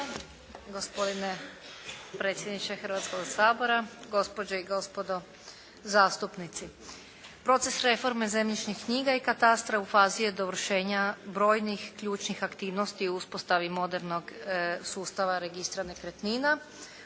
Hrvatskoga sabora, gospođe i gospodo zastupnici. Proces reforme zemljišnih knjiga i katastra u fazi je dovršenja brojnih ključnih aktivnosti u uspostavi modernog sustava registra nekretnina,